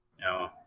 no